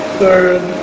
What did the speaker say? third